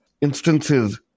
instances